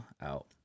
out